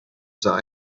sah